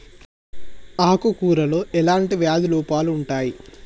ఆకు కూరలో ఎలాంటి వ్యాధి లోపాలు ఉంటాయి?